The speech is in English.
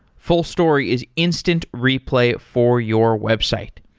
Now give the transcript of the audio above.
fullstory is instant replay for your website.